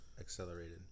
accelerated